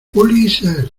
ulises